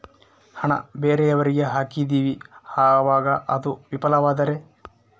ಹಣ ಬೇರೆಯವರಿಗೆ ಹಾಕಿದಿವಿ ಅವಾಗ ಅದು ವಿಫಲವಾದರೆ?